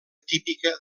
típica